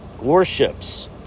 Warships